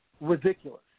ridiculous